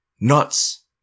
Nuts